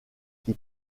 qui